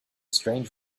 strange